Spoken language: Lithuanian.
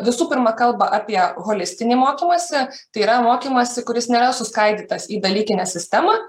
visų pirma kalba apie holistinį mokymąsi tai yra mokymąsi kuris nėra suskaidytas į dalykinę sistemą